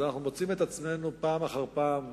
אז אנחנו מוצאים את עצמנו פעם אחר פעם,